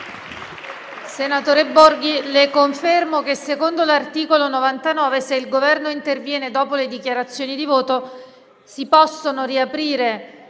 Senatore Borghi, le confermo che se il Governo interviene dopo le dichiarazioni di voto, si possono riaprire